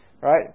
right